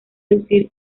deducir